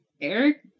Eric